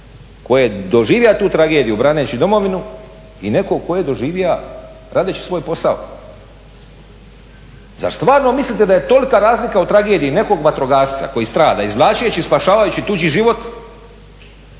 koji je doživio tu tragediju braneći domovinu i nekog tko je doživio radeći svoj posao. Zar stvarno mislite da je tolika razlika u tragediji nekog vatrogasca koji strada izvlačeći, spašavajući tuđi život